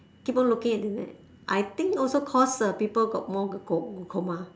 keep on looking at it I think also cause uh people got more glaucoma